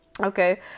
Okay